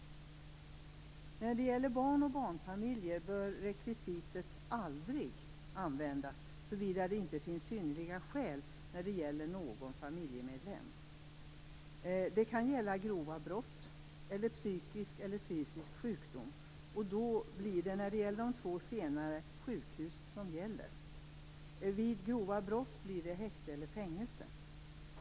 När det gäller barn och barnfamiljer, bör rekvisitet "aldrig" användas såvida det inte finns synnerliga skäl när det gäller någon familjemedlem. Det kan gälla grova brott eller psykisk eller fysisk sjukdom. När det gäller de två senare fallen blir det då sjukhus som gäller. Vid grova brott blir det häkte eller fängelse.